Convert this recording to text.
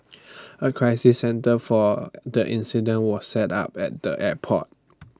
A crisis centre for the incident was set up at the airport